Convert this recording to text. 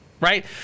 right